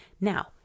Now